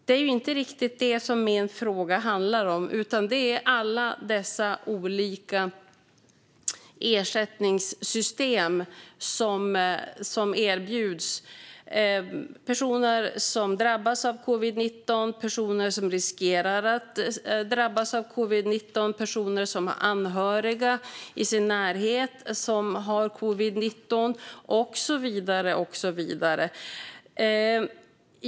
Men det är inte riktigt detta som min fråga handlar om, utan det är om alla dessa olika ersättningssystem som erbjuds personer som drabbas av covid-19, personer som riskerar att drabbas av covid-19, personer som har anhöriga i sin närhet som har covid-19 och så vidare.